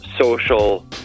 social